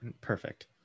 perfect